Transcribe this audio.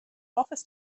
office